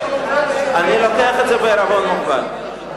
אני מדבר בשם,